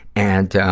and